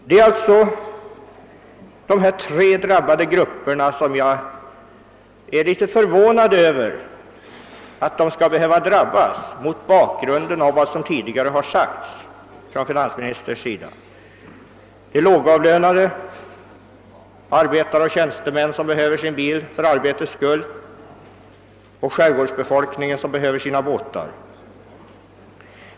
Mot bakgrunden av vad finansministern tidigare sagt är jag en smula förvånad över att skattehöjningen skall drabba just dessa tre grupper: de lågavlönade, arbetare och tjänstemän som behöver sina bilar för arbetets skull och skärgårdsbefolkningen som behöver sina båtar.